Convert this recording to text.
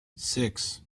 six